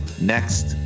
next